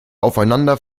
aufeinander